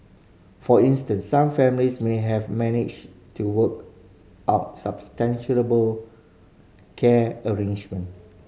for instance some families may have managed to work out care arrangement